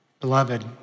Beloved